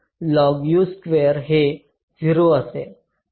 हे 0 असेल